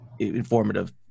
informative